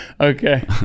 okay